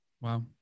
Wow